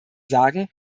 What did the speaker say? sagen